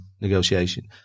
negotiation